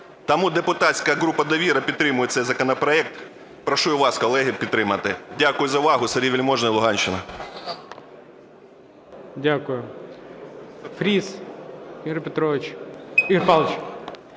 Тому депутатська група "Довіра" підтримує цей законопроект. Прошу і вас, колеги, підтримати. Дякую за увагу. Сергій Вельможний, Луганщина. ГОЛОВУЮЧИЙ. Дякую. Фріс Ігор Павлович.